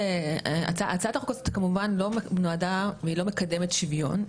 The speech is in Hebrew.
הצעת החוק הזאת כמובן לא נועדה והיא לא מקדמת שוויון.